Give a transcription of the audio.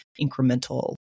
incremental